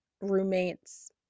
roommates